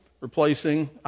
replacing